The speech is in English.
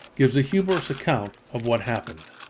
gives a humorous account of what happened.